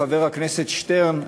חבר הכנסת שטרן,